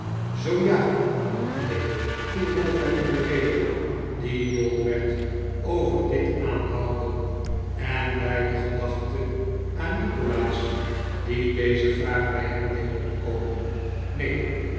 zoo ja neen viel ralph hem in de rede die dol werd over dit aanhouden en bij de gedachte aan nikolaas die deze vraag bij hem deed opkomen neen